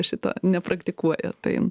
šito nepraktikuoja tai